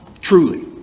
Truly